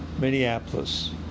Minneapolis